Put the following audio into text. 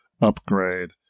upgrade